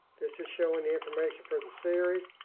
this is showing the information for the series.